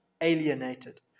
alienated